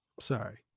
Sorry